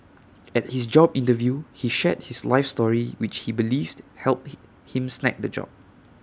at his job interview he shared his life story which he believes helped him snag the job